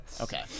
Okay